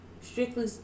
strictly